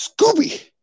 Scooby